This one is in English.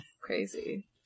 Crazy